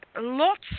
lots